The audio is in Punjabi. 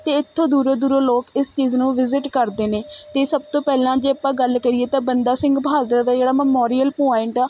ਅਤੇ ਇੱਥੋਂ ਦੂਰੋਂ ਦੂਰੋਂ ਲੋਕ ਇਸ ਚੀਜ਼ ਨੂੰ ਵਿਜ਼ਿਟ ਕਰਦੇ ਨੇ ਅਤੇ ਸਭ ਤੋਂ ਪਹਿਲਾਂ ਜੇ ਆਪਾਂ ਗੱਲ ਕਰੀਏ ਤਾਂ ਬੰਦਾ ਸਿੰਘ ਬਹਾਦਰ ਦਾ ਜਿਹੜਾ ਮੈਮੋਰੀਅਲ ਪੁਆਇੰਟ ਆ